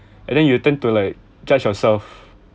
and then you tend to like judge yourself